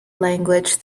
language